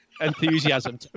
Enthusiasm